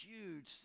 huge